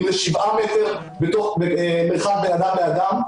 אם זה שבעה מטר מרחק בין אדם לאדם,